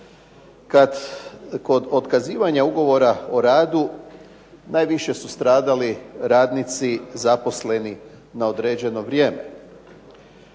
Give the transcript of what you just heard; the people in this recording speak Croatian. Kod otkazivanja Ugovora o radu najviše su stradali radnici zaposleni na određeno vrijeme.